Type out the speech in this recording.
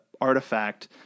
artifact